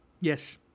Yes